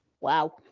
Wow